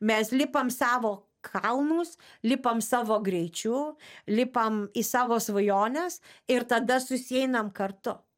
mes lipam savo kalnus lipam savo greičiu lipam į savo svajones ir tada susieinam kartu